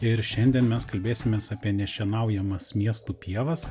ir šiandien mes kalbėsimės apie nešienaujamas miestų pievas